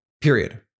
period